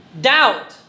doubt